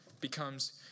becomes